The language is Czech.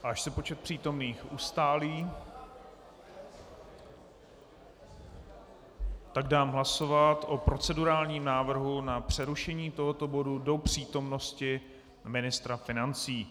Až se počet přítomných ustálí, tak dám pracovat o procedurálním návrhu na přerušení tohoto bodu do přítomnosti ministra financí.